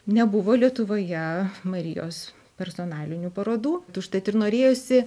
nebuvo lietuvoje marijos personalinių parodų užtat ir norėjosi